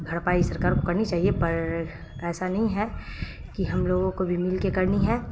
بھرپائی سرکار کو کرنی چاہیے پر ایسا نہیں ہے کہ ہم لوگوں کو بھی مل کے کرنی ہے